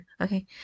okay